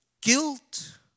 Guilt